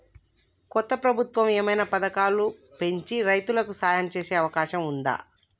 కొత్త ప్రభుత్వం ఏమైనా పథకాలు పెంచి రైతులకు సాయం చేసే అవకాశం ఉందా?